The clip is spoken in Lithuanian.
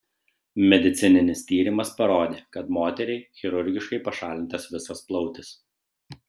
medicininis tyrimas parodė kad moteriai chirurgiškai pašalintas visas plautis